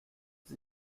sie